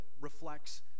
reflects